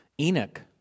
Enoch